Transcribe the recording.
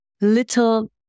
little